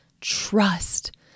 trust